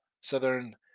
Southern